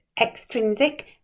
extrinsic